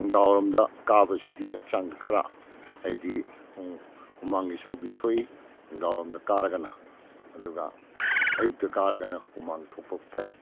ꯅꯨꯡꯗꯥꯡ ꯋꯥꯏꯔꯝꯗ ꯀꯥꯕꯁꯤꯗꯤ ꯍꯛꯆꯥꯡꯗ ꯈꯔ ꯑꯩꯗꯤ ꯍꯨꯃꯥꯡꯒꯤ ꯁꯔꯨꯛꯁꯨ ꯊꯣꯛꯏ ꯅꯨꯡꯗꯥꯡ ꯋꯥꯏꯔꯝꯗ ꯀꯥꯔꯒꯅ ꯑꯗꯨꯒ ꯑꯌꯨꯛꯇ ꯀꯥꯔꯒꯅ ꯍꯨꯃꯥꯡ ꯌꯣꯛꯄ ꯐꯩ